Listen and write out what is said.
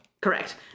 Correct